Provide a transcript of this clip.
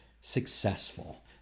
successful